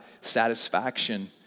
satisfaction